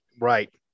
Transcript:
Right